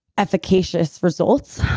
efficacious results.